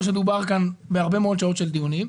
שדובר כאן בהרבה מאוד שעות של דיונים?